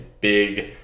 big